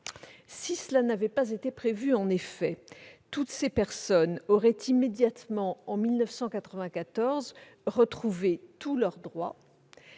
Si cela n'avait pas été le cas, en effet, toutes ces personnes auraient immédiatement, en 1994, retrouvé tous leurs droits,